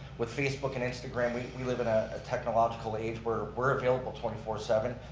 with facebook and instagram, we we live in a ah technological age where we're available twenty four seven.